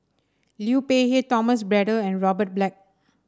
Liu Peihe Thomas Braddell and Robert Black